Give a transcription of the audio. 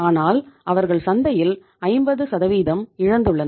ஆனால் அவர்கள் சந்தையில் 50 இழந்துள்ளனர்